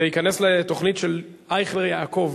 זה ייכנס לתוכנית של אייכלר יעקב,